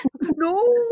no